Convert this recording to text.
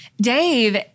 Dave